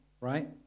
right